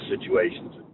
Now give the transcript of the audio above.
situations